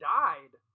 died